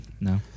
No